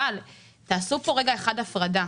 אבל תעשו רגע הפרדה.